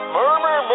murmur